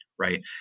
Right